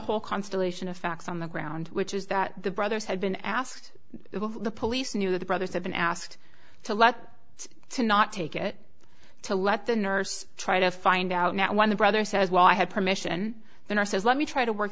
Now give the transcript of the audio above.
whole constellation of facts on the ground which is that the brothers had been asked the police knew the brothers had been asked to luck to not take it to let the nurse try to find out now when the brother says well i had permission they are says let me try to work